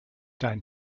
dein